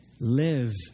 Live